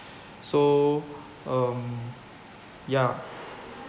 so um ya